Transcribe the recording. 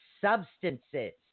substances